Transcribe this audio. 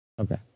Okay